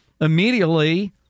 immediately